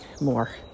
more